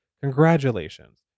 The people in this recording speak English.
congratulations